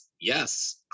yes